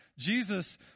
Jesus